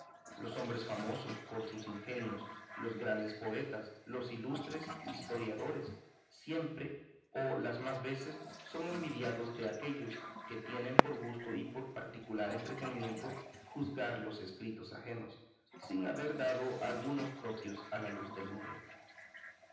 los hombres famosos por sus ingenios los grandes poetas los ilustres historiadores siempre o las más veces son envidiados de aquellos que tienen por gusto y por particular entretenimiento juzgar los escritos ajenos sin haber dado algunos propios a la luz del mundo